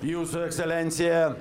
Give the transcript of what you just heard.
jūsų ekscelencija